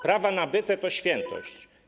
Prawa nabyte to świętość.